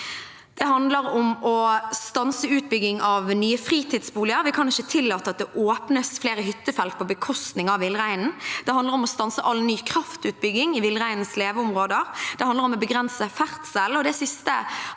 Det handler om å stanse utbygging av nye fritidsboliger. Vi kan ikke tillate at det åpnes flere hyttefelt på bekostning av villreinen. Det handler om å stanse all ny kraftutbygging i villreinens leveområder. Det handler om å begrense ferdsel.